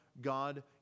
God